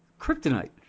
kryptonite